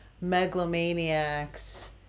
megalomaniacs